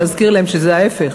להזכיר להם שזה ההפך.